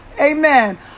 Amen